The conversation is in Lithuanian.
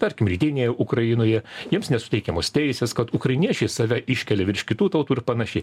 tarkim rytinėje ukrainoje jiems nesuteikiamos teisės kad ukrainiečiai save iškelia virš kitų tautų ir panašiai